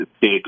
big